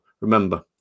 remember